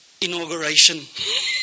inauguration